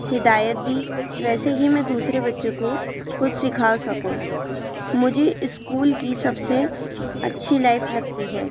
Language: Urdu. ہدایت دی ویسے ہی میں دوسرے بچوں کو کچھ سکھا سکوں مجھے اسکول کی سب سے اچھی لائف لگتی ہے